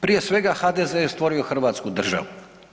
Prije svega HDZ je stvorio hrvatsku državu.